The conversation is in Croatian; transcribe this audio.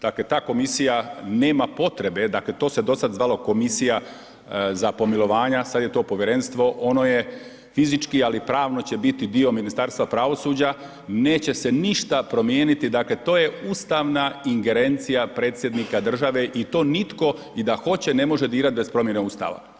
Dakle, ta komisija nema potrebe dakle to se do sada zvalo Komisija za pomilovanja, sad je to povjerenstvo ono je fizički ali pravno će biti dio Ministarstva pravosuđa, neće se ništa promijeniti dakle to je ustavna ingerencija predsjednika države i to nitko i da hoće ne može dirati bez promjene ustava.